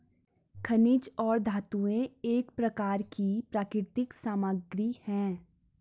खनिज और धातुएं एक प्रकार की प्राकृतिक सामग्री हैं